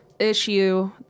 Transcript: issue